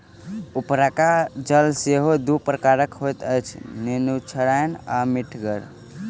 उपरका जल सेहो दू प्रकारक होइत अछि, नुनछड़ैन आ मीठगर